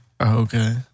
Okay